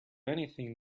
anything